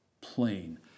plain